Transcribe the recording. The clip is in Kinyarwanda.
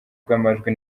bw’amajwi